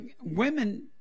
women